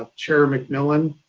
ah chair mcmillan,